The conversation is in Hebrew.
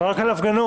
רק על הפגנות.